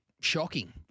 shocking